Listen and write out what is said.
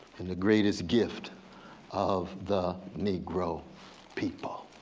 and the greatest gift of the negro people.